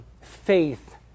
faith